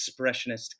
Expressionist